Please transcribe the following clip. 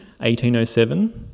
1807